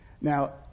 Now